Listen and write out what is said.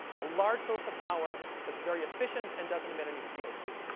a large source of power that's very efficient and doesn't admit any c o two.